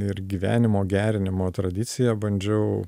ir gyvenimo gerinimo tradicija bandžiau